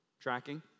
Tracking